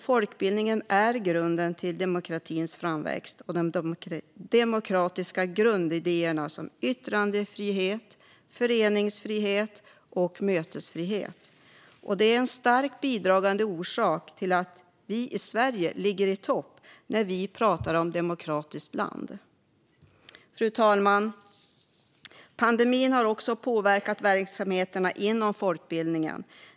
Folkbildningen är grunden till demokratins framväxt och de demokratiska grundidéerna om yttrandefrihet, föreningsfrihet och mötesfrihet. Det är en starkt bidragande orsak till att Sverige ligger i topp när man pratar om demokratiska länder. Fru talman! Pandemin har påverkat verksamheterna inom folkbildningen.